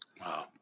Wow